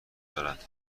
دارد